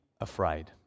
afraid